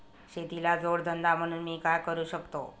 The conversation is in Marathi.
शेतीला जोड धंदा म्हणून मी काय करु शकतो?